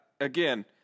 again